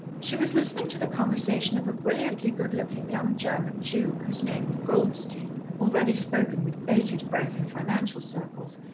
she was listening to the conversation of a brilliantly-good-looking young german jew, whose name of goldstein, already spoken with bated breath in financial circles,